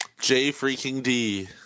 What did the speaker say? J-Freaking-D